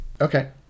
Okay